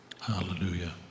Hallelujah